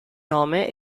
nome